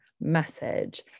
message